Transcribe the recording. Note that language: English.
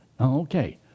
Okay